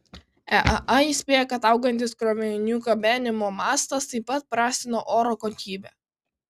eaa įspėja kad augantis krovinių gabenimo mastas taip pat prastina oro kokybę